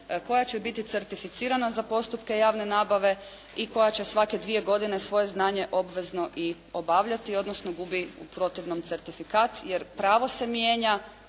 koja će biti certificirana za postupke javne nabave i koja će svake dvije godine svoje znanje obvezno i obavljati, odnosno gubi u protivnom certifikat, jer pravo se mijenja,